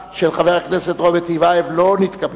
פלסנר וקבוצת סיעת חד"ש לסעיף 2 לא נתקבלה.